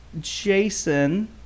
Jason